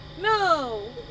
No